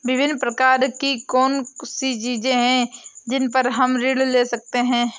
विभिन्न प्रकार की कौन सी चीजें हैं जिन पर हम ऋण ले सकते हैं?